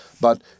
But